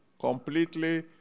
completely